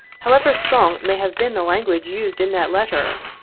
however strong may have been the language used in that letter,